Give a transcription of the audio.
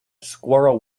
squirrel